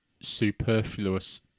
superfluous